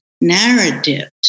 narratives